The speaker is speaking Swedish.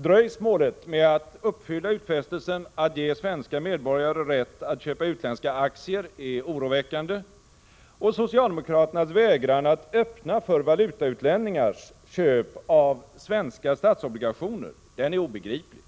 Dröjsmålet med att uppfylla utfästelsen att ge svenska medborgare rätt att köpa utländska aktier är oroväckande, och socialdemokraternas vägran att öppna för valutautlänningars köp av svenska statsobligationer är obegriplig.